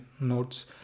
notes